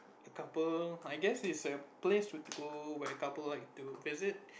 a couple I guess is a place will to go where couple like to visit